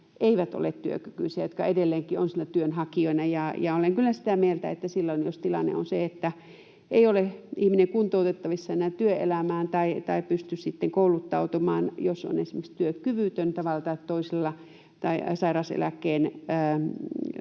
eivät ole työkykyisiä, jotka edelleenkin ovat siellä työnhakijoina. Olen kyllä sitä mieltä, että jos tilanne on se, että ei ole ihminen kuntoutettavissa enää työelämään tai pysty kouluttautumaan, jos on esimerkiksi työkyvytön tavalla